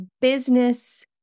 business